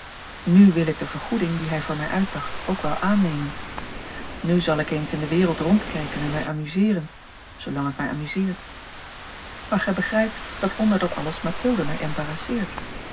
nu wil ik de vergoeding die hij voor mij uitdacht ook wel aannemen nu zal ik eens in de wereld rondkijken en mij amuseeren zoolang het mij amuseert maar gij begrijpt dat onder dat alles mathilde mij